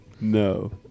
No